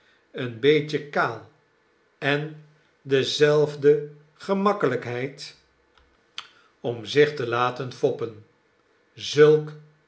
een beetje kaal en dezelfde gemakkelijkheid om zich te laten foppen zulk